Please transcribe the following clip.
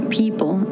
people